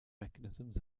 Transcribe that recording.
mechanisms